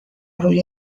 روی